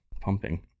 pumping